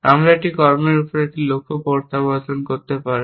আমরা একটি কর্মের উপর একটি লক্ষ্য প্রত্যাবর্তন করতে পারে